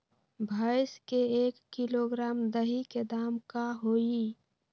भैस के एक किलोग्राम दही के दाम का होई?